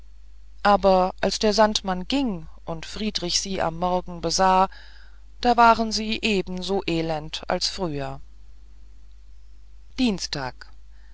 aber als der sandmann ging und friedrich sie am morgen besah da waren sie ebenso elend als früher dienstag